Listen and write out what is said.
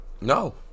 No